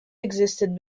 existed